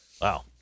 Wow